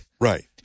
Right